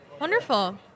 Wonderful